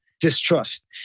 distrust